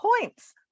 points